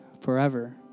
forever